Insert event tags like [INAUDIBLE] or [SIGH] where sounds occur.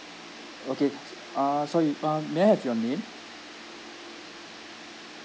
okay [NOISE] uh sorry um may I have your name